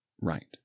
right